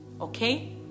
okay